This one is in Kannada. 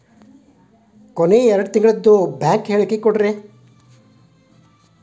ಕೊನೆ ಎರಡು ತಿಂಗಳದು ಬ್ಯಾಂಕ್ ಹೇಳಕಿ ಕೊಡ್ರಿ